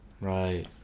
Right